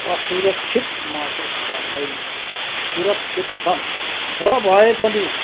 असुरक्षित महसुस गर्दैन सुरक्षित छन् र भए पनि